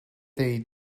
they